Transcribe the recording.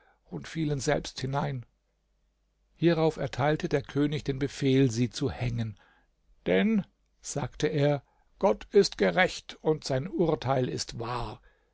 und fielen selbst hinein hierauf erteilte der könig den befehl sie zu hängen denn sagte er gott ist gerecht und sein urteil ist wahr